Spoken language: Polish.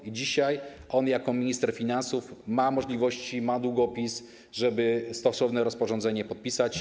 I dzisiaj on jako minister finansów ma możliwości, ma długopis, żeby stosowne rozporządzenie podpisać.